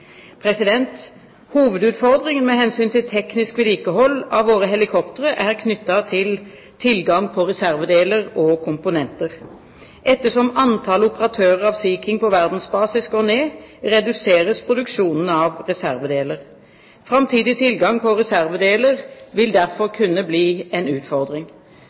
Hovedutfordringen med hensyn til teknisk vedlikehold av våre helikoptre er knyttet til tilgang på reservedeler og komponenter. Ettersom antallet operatører av Sea King på verdensbasis går ned, reduseres produksjonen av reservedeler. Framtidig tilgang på reservedeler vil derfor kunne bli en utfordring.